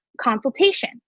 consultation